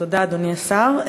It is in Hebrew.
תודה, אדוני השר.